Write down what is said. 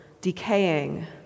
decaying